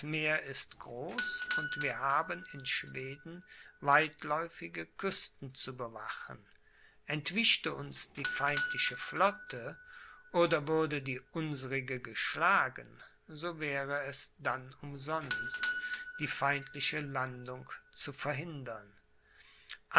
meer ist groß und wir haben in schweden weitläufige küsten zu bewachen entwischte uns die feindliche flotte oder würde die unsrige geschlagen so wäre es dann umsonst die feindliche landung zu verhindern